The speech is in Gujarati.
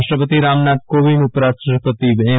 રાષ્ટ્રપતિ રામનાથ કોવિંદ અને ઉપરાષ્ટ્રપતિ એમ